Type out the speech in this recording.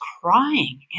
crying